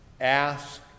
ASK